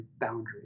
boundaries